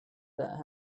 that